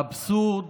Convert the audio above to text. האבסורד.